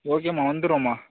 okay அம்மா வந்துடுறோம்மா